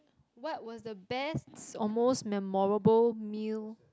what was the best or most memorable meal